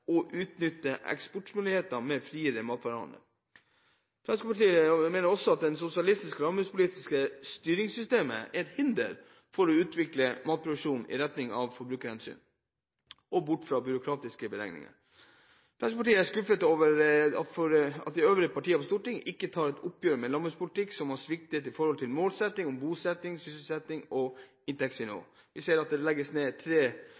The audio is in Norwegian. utnytte eksportmuligheter ved en friere matvarehandel. Fremskrittspartiet mener også at det sosialistiske landbrukspolitiske styringssystemet er et hinder for å utvikle matproduksjonen i retning av forbrukerhensyn og bort fra byråkratiske begrensninger. Fremskrittspartiet er skuffet over at de øvrige partier på Stortinget ikke tar et oppgjør med en landbrukspolitikk som har sviktet når det gjelder målsettingene om bosetting, sysselsetting og inntektsnivå. Vi ser at det legges ned tre